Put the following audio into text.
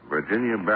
Virginia